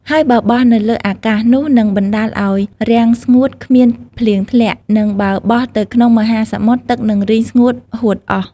ហើយបើបោះទៅលើអាកាស នោះនឹងបណ្ដាលឲ្យរាំងស្ងួតគ្មានភ្លៀងធ្លាក់ និងបើបោះទៅក្នុងមហាសមុទ្រ ទឹកនឹងរីងស្ងួតហួតអស់។